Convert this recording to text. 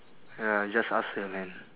ya I just ask her man